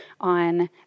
on